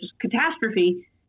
catastrophe